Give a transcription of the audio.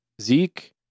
Zeke